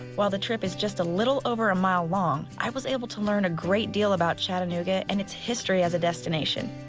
while the trip is just a little a mile long, i was able to learn a great deal about chattanooga and its history as a destination.